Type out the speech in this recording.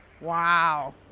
Wow